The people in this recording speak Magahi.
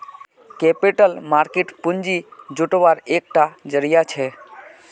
कैपिटल मार्किट पूँजी जुत्वार एक टा ज़रिया छे